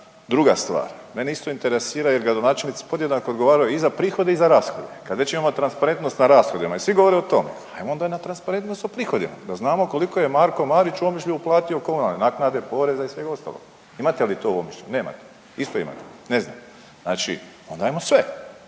druga stvar, mene isto interesira jel gradonačelnici podjednako odgovaraju i za prihode i za rashode. Kad već imamo transparentnost na rashodima i svi govore o tome ajmo onda i na transparentnost o prihodima, da znamo koliko je Marko Marić u Omišlju uplatio komunalne naknade, poreza i svega ostaloga. Imate li to uopće, nemate, isto ima, ne znam. Znači onda ajmo sve,